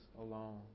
alone